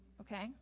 okay